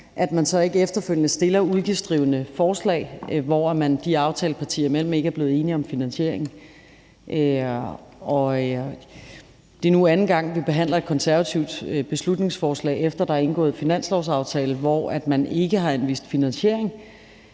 så ikke efterfølgende stiller udgiftsdrivende forslag, hvor man aftalepartierne imellem ikke er blevet enig om finansieringen. Det er nu anden gang, vi behandler et konservativt beslutningsforslag, efter der er indgået finanslovsaftale, hvor man ikke har anvist finansiering,